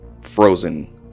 frozen